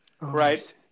right